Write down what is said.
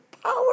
power